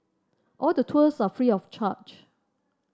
all the tours are free of charge